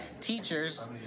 teachers